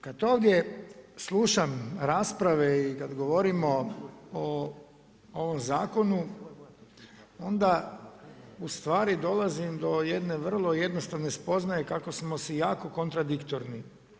Kada ovdje slušam rasprave i kada govorimo o ovom zakonu onda ustvari dolazim do jedne vrlo jednostavne spoznaje kako smo si jako kontradiktorni.